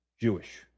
Jewish